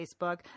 Facebook